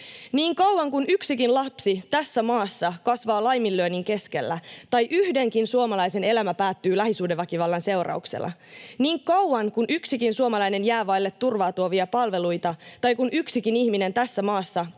Niin kauan kuin yksikin lapsi tässä maassa kasvaa laiminlyönnin keskellä tai yhdenkin suomalaisen elämä päättyy lähisuhdeväkivallan seurauksena, niin kauan kuin yksikin suomalainen jää vaille turvaa tuovia palveluita tai kun yksikin ihminen tässä maassa